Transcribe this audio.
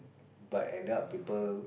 but end up people